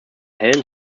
hellen